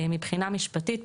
מבחינה משפטית,